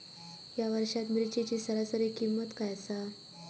या वर्षात मिरचीची सरासरी किंमत काय आसा?